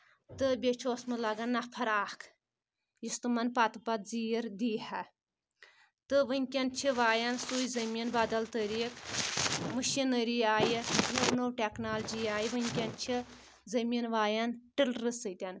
تہٕ بیٚیہِ چھُ اوسمُت لگان نفر اکھ یُس تِمَن پتہٕ پتہٕ زیٖر دِ ہا تہٕ وٕنکؠن چھِ وایَان سُے زٔمیٖن بدل طٔریٖق مشیٖنری آیہِ نوٚو نوٚو ٹؠکنالجی آیہِ وٕنکؠن چھِ زٔمیٖن وایَان تِلرٕ سۭتۍ